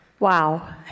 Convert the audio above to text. Wow